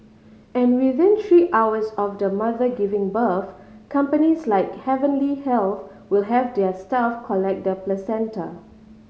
and within three hours of the mother giving birth companies like Heavenly Health will have their staff collect the placenta